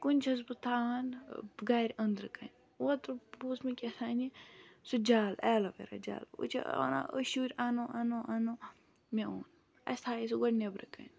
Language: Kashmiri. کُنہِ چھَس بہٕ تھاوان گَرِ أنٛدرٕکَنۍ اوترٕ بوٗز مےٚ کیٛاہ تام سُہ جَل اٮ۪لوویرا جَل کُجا وَنان أسۍ شُرۍ اَنو اَنو اَنو مےٚ اوٚن اَسہِ تھایے سُہ گۄڈٕ نٮ۪برٕکٕنۍ